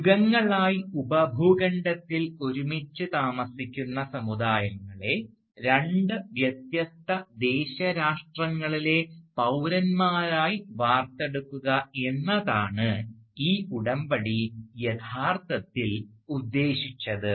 യുഗങ്ങളായി ഉപഭൂഖണ്ഡത്തിൽ ഒരുമിച്ച് താമസിക്കുന്ന സമുദായങ്ങളെ രണ്ട് വ്യത്യസ്ത ദേശ രാഷ്ട്രങ്ങളിലെ പൌരന്മാരായി വാർത്തെടുക്കുക എന്നാണ് ഈ ഉടമ്പടി യഥാർത്ഥത്തിൽ ഉദ്ദേശിച്ചത്